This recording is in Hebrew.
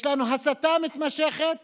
יש לנו הסתה מתמשכת